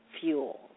fuel